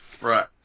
Right